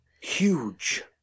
Huge